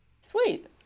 Sweet